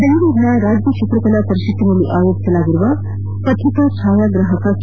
ಬೆಂಗಳೂರಿನ ರಾಜ್ಯ ಚಿತ್ರಕಲಾ ಪರಿಷತ್ ನಲ್ಲಿ ಆಯೋಜಿಸಿರುವ ಪತ್ರಿಕಾ ಛಾಯಾಗ್ರಾಹಕ ಕೆ